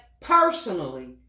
personally